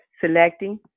selecting